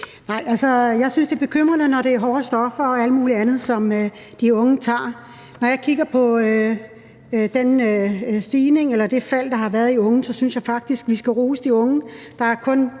jeg synes, det er bekymrende, når det er hårde stoffer og alt muligt andet, som de unge tager. Når jeg kigger på det fald, der har været blandt de unge, synes jeg faktisk, vi skal rose de unge. Der er nu